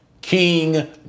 King